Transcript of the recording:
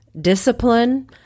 discipline